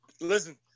Listen